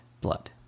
Blood